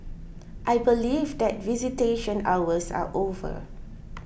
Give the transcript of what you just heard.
I believe that visitation hours are over